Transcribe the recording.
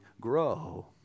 grow